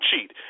cheat